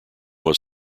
was